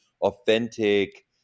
authentic